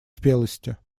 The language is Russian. спелости